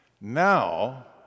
Now